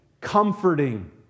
comforting